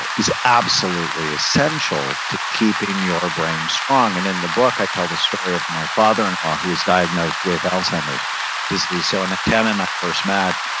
is absolutely essential to keeping your brain strong. and in the book i tell the story of my father in law, who's diagnosed with alzheimer's disease when so and tana and i first met,